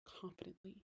confidently